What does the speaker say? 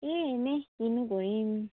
এই এনেই কিনো কৰিম